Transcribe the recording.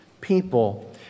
people